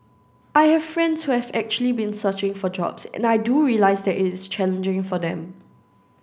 I have friends who have actually been searching for jobs and I do realise that it is challenging for them